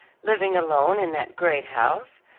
living alone in that great house.